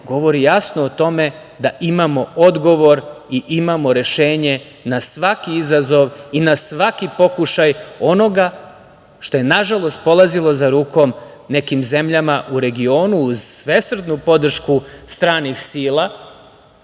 govori jasno o tome da imamo odgovor i imamo rešenje na svaki izazov i na svaki pokušaj onoga što je nažalost polazilo za rukom nekim zemljama u regionu uz svesrdnu podršku stranih sila